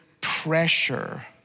pressure